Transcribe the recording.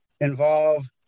involve